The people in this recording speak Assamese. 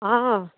অঁ